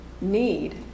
need